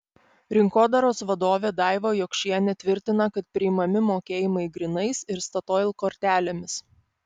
rinkodaros vadovė daiva jokšienė tvirtina kad priimami mokėjimai grynais ir statoil kortelėmis